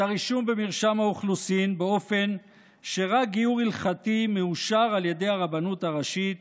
הרישום במרשם האוכלוסין באופן שרק גיור הלכתי המאושר על ידי הרבנות הראשית